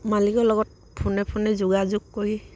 মালিকৰ লগত ফোনে ফোনে যোগাযোগ কৰি